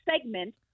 segment